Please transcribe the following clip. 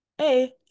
A-